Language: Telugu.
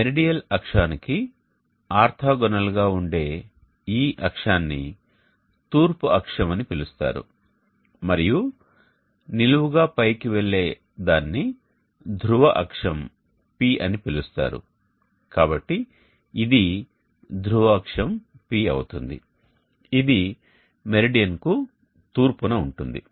మెరిడియల్ అక్షానికి ఆర్తోగోనల్ గా ఉండే ఈ అక్షమును తూర్పు అక్షం అని పిలుస్తారు మరియు నిలువుగా పైకి వెళ్లే దానిని ధ్రువ అక్షం P అని పిలుస్తారు కాబట్టి ఇది ధ్రువ అక్షం P అవుతుంది ఇది మెరిడియన్కు తూర్పున ఉంటుంది